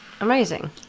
Amazing